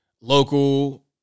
local